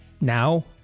now